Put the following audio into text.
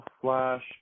Flash